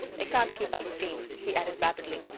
they cant keep up steam, he added, rapidly,